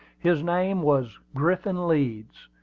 his name was griffin leeds.